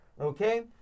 Okay